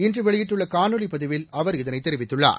இன்று வெளியிட்டுள்ள காணொலி பதிவில் அவர் இதனை தெரிவித்துள்ளார்